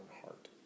heart